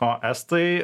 o estai